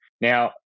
Now